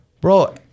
bro